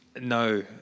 No